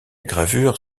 gravure